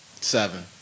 Seven